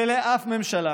ולאף ממשלה